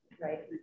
right